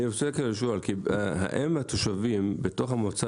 --- אני רוצה לשאול: האם התושבים בתוך המועצה